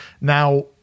Now